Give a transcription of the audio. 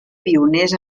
pioners